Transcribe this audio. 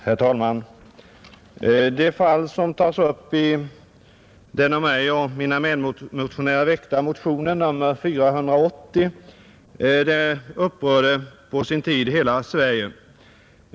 Herr talman! Det fall som tas upp i den av mig och mina medmotionärer väckta motionen 480 upprörde på sin tid hela Sverige.